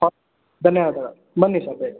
ಧನ್ಯವಾದಗಳು ಬನ್ನಿ ಸರ್ ಬೇಗ